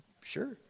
sure